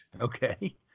Okay